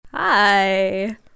Hi